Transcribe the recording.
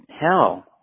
hell